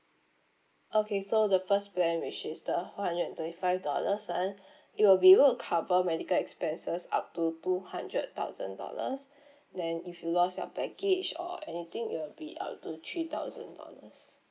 okay so the first plan which is the one hundred and thirty five dollars [one] it will be able to cover medical expenses up to two hundred thousand dollars then if you lost your baggage or anything it will be up to three thousand dollars